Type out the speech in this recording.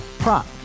Prop